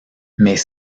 mais